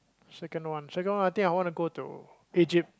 second one second I think I wanna go to Egypt